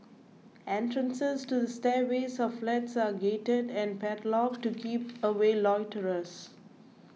entrances to the stairways of flats are gated and padlocked to keep away loiterers